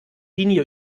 linie